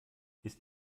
ist